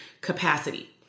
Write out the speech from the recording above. capacity